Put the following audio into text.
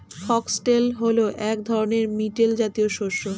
foxtail হল এক ধরনের মিলেট জাতীয় শস্য